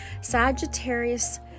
Sagittarius